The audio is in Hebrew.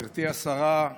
הסתם